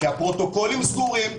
כי הפרוטוקולים סגורים,